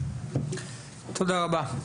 תודה רבה.